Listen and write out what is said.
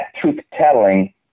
truth-telling